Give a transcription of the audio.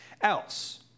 else